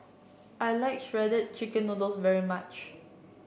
I like Shredded Chicken Noodles very much